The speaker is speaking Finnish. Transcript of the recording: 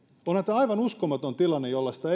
tämä aivan uskomaton tilanne jollaista